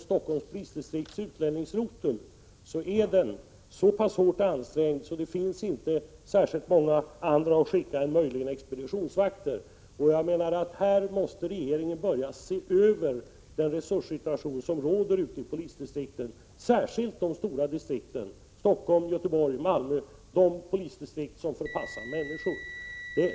Stockholms polisdistrikts utlänningsrotel är i dag så pass hårt ansträngd att det inte finns särskilt många andra att skicka än möjligen expeditionsvakter. Här måste regeringen börja se över resurssituationen ute i polisdistrikten, särskilt i de stora distrikten Stockholm, Göteborg och Malmö, dvs. de polisdistrikt som förpassar människor.